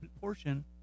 portion